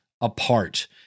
apart